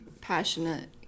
passionate